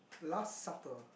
last supper